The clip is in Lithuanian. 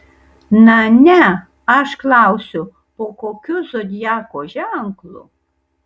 na ne aš klausiu po kokiu zodiako ženklu